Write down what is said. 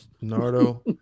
Nardo